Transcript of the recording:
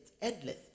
endless